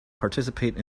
participate